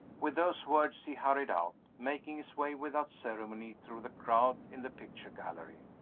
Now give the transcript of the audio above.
with those words he hurried out, making his way, without ceremony, through the crowd in the picture gallery.